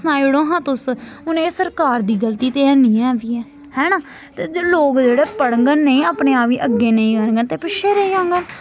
सनाई ओड़ो हां तुस हून एह् सरकार दी गलती ते हैनी ऐ बी ऐ है ना ते जे लोक जेह्ड़े पढ़ङन नेईं अपने आप गी अग्गें नेईं करङन ते पिच्छें नेईं जाङन